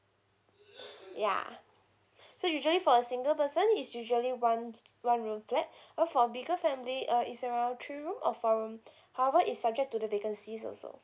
yeah so usually for a single person it's usually one one room flat and for a bigger family uh is around three room of four room however it's subject to the vacancies also